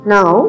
Now